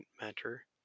matter